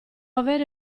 avere